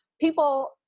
people